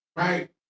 Right